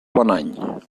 bonany